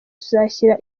tuzashyira